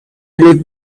leave